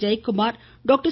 Jayakumar doctor